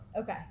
Okay